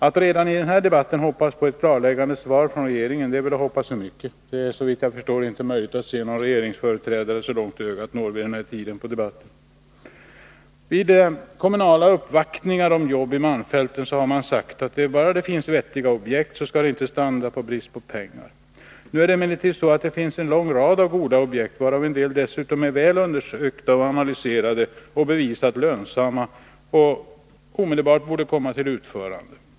Att redan i denna debatt hoppas på ett klarläggande svar från 13 Riksdagens protokoll 1981/82:72-74 regeringen är väl att hoppas för mycket. Det är, såvitt jag förstår, inte möjligt att så långt ögat når se en regeringsföreträdare i det här skedet av debatten. Vid kommunala uppvaktningar om jobb till malmfälten har det sagts, att om det bara finns vettiga objekt skall det inte stranda på pengar. Nu är det emellertid så att det finns en lång rad goda objekt, varav en del dessutom är väl undersökta och analyserade och bevisat lönsamma och omedelbart borde komma till utförande.